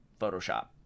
Photoshop